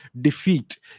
defeat